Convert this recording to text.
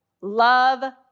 Love